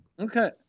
Okay